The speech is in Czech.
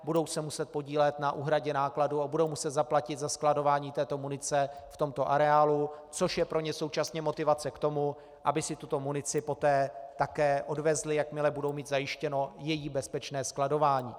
Budou se muset podílet na úhradě nákladů a budou muset zaplatit za skladování této munice v tomto areálu, což je pro ně současně motivace k tomu, aby si tuto munici poté také odvezli, jakmile budou mít zajištěno její bezpečné skladování.